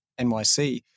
NYC